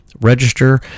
register